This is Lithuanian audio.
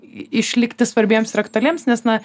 išlikti svarbiems ir aktualiems nes na